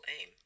aim